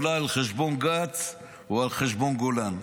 אולי על חשבון גנץ או על חשבון גולן.